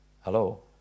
Hello